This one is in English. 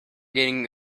getting